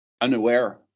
unaware